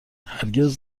هرگز